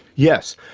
yes,